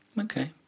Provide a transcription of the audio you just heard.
Okay